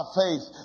faith